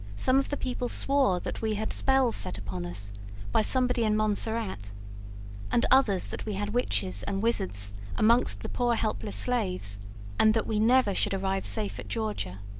some of the people swore that we had spells set upon us by somebody in montserrat and others that we had witches and wizzards amongst the poor helpless slaves and that we never should arrive safe at georgia.